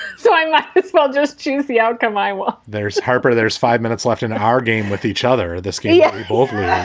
so i'm like, well just choose the outcome. i will there's harper. there's five minutes left in our game with each other. this game yeah over yeah